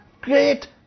great